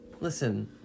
Listen